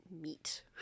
meat